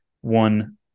one